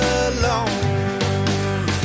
alone